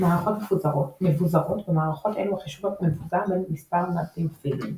מערכות מבוזרות – במערכות אלו החישוב מבוזר בין מספר מעבדים פיזיים.